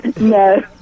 no